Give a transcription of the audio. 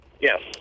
Yes